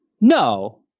No